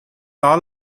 all